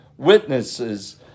witnesses